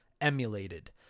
emulated